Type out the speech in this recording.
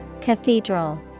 Cathedral